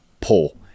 pull